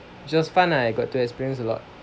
which was fun ah I got experience a lot